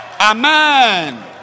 Amen